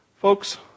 Folks